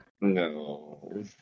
No